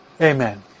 Amen